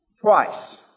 twice